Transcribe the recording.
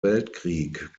weltkrieg